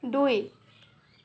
দুই